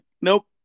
nope